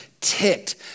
ticked